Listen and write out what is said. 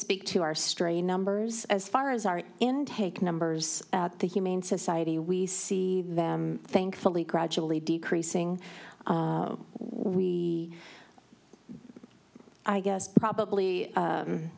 speak to our stray numbers as far as our intake numbers at the humane society we see them thankfully gradually decreasing what we i guess probably